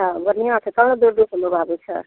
हँ बढ़िआँ छै तब ने दूर दूर से लोग आबैत छै